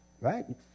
Right